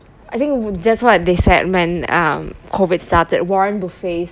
I think that's what they said when um COVID started warren buffet